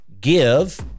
give